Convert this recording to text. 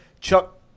Chuck